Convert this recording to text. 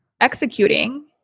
executing